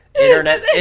internet